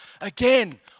again